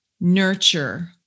nurture